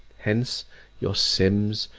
hence your symmes's,